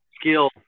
skill